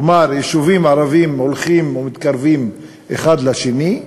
כלומר יישובים ערביים הולכים ומתקרבים אחד לשני,